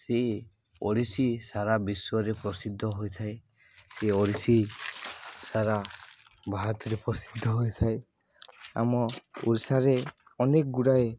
ସେ ଓଡ଼ିଶୀ ସାରା ବିଶ୍ୱରେ ପ୍ରସିଦ୍ଧ ହୋଇଥାଏ ସେ ଓଡ଼ିଶୀ ସାରା ଭାରତରେ ପ୍ରସିଦ୍ଧ ହୋଇଥାଏ ଆମ ଓଡ଼ିଶାରେ ଅନେକ ଗୁଡ଼ାଏ